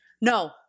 No